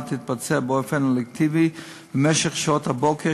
תתבצע באופן אלקטיבי במשך שעות הבוקר,